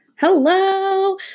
Hello